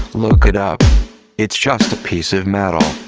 look it up it's just a piece of metal